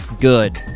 Good